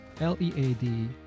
L-E-A-D